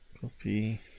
copy